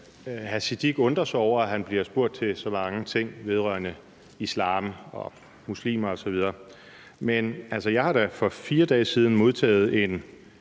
Siddique undrer sig over, at han bliver spurgt til så mange ting vedrørende islam og muslimer osv., men jeg har da for 4 dage siden modtaget en